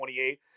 28